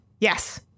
Yes